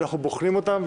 ואנחנו בוחנים אותן,